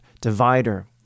divider